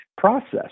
process